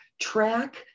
track